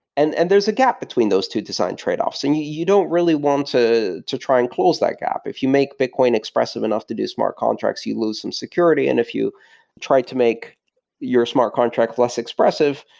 and and there's a gap between those two design tradeoffs, and you you don't really want to to try and close that gap. if you make bitcoin expressive enough to do smart contracts, you lose some security, and if you tried to make your smart contract less expressive,